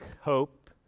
hope